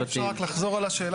אפשר רק לחזור על השאלה?